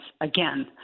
again